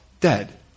dead